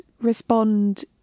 respond